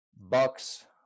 Bucks